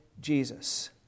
Jesus